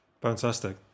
fantastic